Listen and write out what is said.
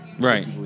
Right